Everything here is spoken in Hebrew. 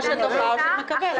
או שדוחה או שמקבלת.